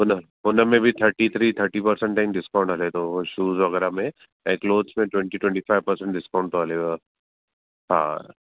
हुन हुन में बि थर्टी थ्री थर्टी पर्सेंट ताईं डिस्काउंट हले थो शूज़ वग़ैरह में ऐं क्लोथ्स में twenty twenty five percent discount थो हलेव हा